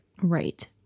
Right